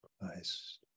Christ